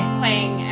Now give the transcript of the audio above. playing